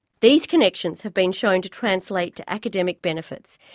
these connections have been shown to translate to academic benefits,